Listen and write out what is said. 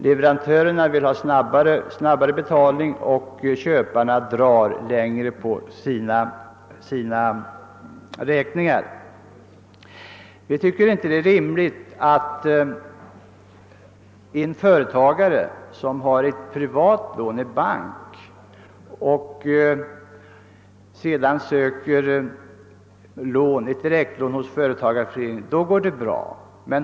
Leverantörerna vill ha snabbare betalning, men köparna drar längre på sina räkningar. Om en företagare som har ett privat lån i en bank söker ett direktlån hos företagareföreningen går det bra.